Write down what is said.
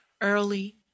early